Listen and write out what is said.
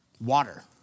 water